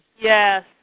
Yes